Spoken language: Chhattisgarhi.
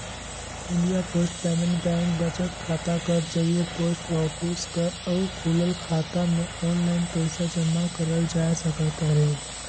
इंडिया पोस्ट पेमेंट बेंक बचत खाता कर जरिए पोस्ट ऑफिस कर अउ खुलल खाता में आनलाईन पइसा जमा करल जाए सकत अहे